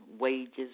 wages